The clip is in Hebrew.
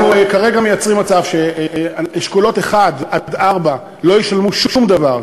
אנחנו כרגע מייצרים מצב שאשכולות 1 4 לא ישלמו שום דבר,